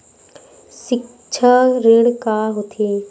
सिक्छा ऋण का होथे?